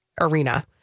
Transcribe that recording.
arena